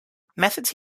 methods